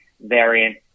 variant